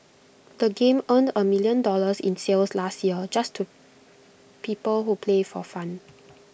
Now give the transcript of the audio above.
the game earned A million dollars in sales last year just to people who play for fun